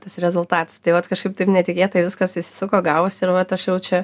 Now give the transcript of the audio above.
tas rezultatas tai vat kažkaip taip netikėtai viskas įsisuko gavosi ir vat aš jau čia